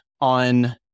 on